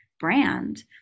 brand